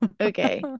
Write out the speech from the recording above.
okay